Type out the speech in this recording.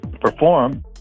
perform